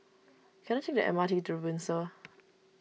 can I take the M R T to the Windsor